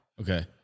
Okay